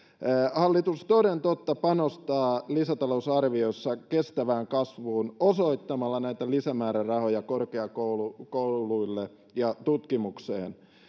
hallitus toden totta panostaa lisätalousarviossa kestävään kasvuun osoittamalla näitä lisämäärärahoja korkeakouluille ja tutkimukseen